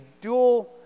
dual